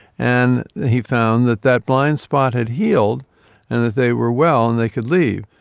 and he found that that blind spot had healed and that they were well and they could leave.